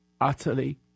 utterly